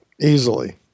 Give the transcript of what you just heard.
easily